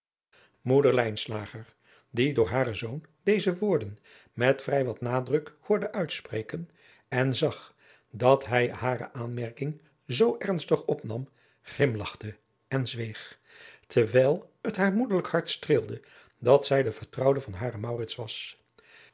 die door haren zoon deze woorden met vrij wat nadruk hoorde uitspreken en adriaan loosjes pzn het leven van maurits lijnslager zag dat hij hare aanmerking zoo ernstig opnam grimlachte en zweeg terwijl het haar moederlijk hart streelde dat zij de vertrouwde van haren maurits was